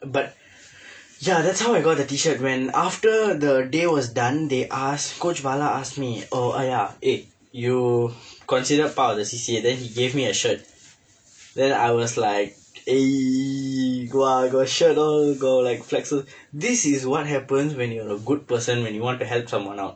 but ya that's how I got the T shirt when after the day was done they ask coach bala asked me or !aiya! eh you considered part of the C_C_A then he gave me a shirt then I was like eh !wah! I got a shirt all got like flexes~ this is what happens when you are a good person when you wanted to help someone out